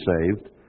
saved